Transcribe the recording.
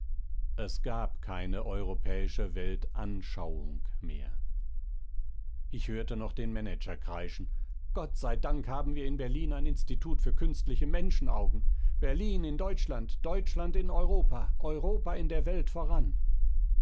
es gab keine europäische welt anschauung mehr ich hörte noch den manager kreischen gott sei dank haben wir in berlin ein institut für künstliche menschenaugen berlin in deutschland deutschland in europa europa in der welt voran